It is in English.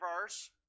verse